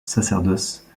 sacerdoce